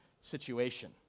situation